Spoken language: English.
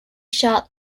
shot